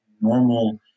normal